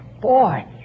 Boy